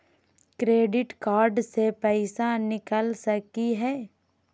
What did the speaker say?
Credit card से पैसा निकल सकी हय?